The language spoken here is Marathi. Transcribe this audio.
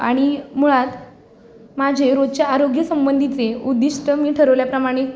आणि मुळात माझे रोजच्या आरोग्यसंबंधीचे उद्दिष्ट मी ठरवल्याप्रमाणे